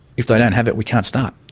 if they don't have that we can't start.